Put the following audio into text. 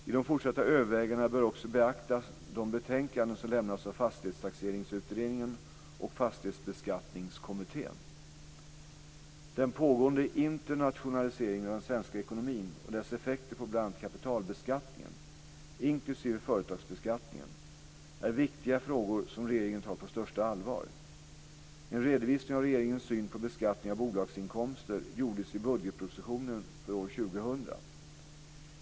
I de fortsätta övervägandena bör också beaktas de betänkanden som lämnats av Fastighetstaxeringsutredningen och Fastighetsbeskattningskommittén. Den pågående internationaliseringen av den svenska ekonomin och dess effekter på bl.a. kapitalbeskattningen inklusive företagsbeskattningen är viktiga frågor som regeringen tar på största allvar. En redovisning av regeringens syn på beskattning av bolagsinkomster gjordes i budgetpropositionen för år 2000.